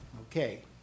Okay